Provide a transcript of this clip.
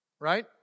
Right